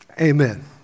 amen